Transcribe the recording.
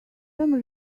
some